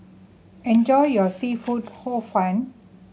enjoy your seafood Hor Fun